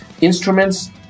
Instruments